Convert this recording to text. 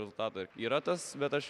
rezultatą yra tas bet aš